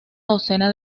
docena